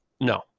No